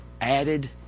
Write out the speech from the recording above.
added